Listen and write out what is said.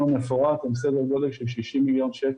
מפורט הן סדר גודל של 60 מיליון שקלים.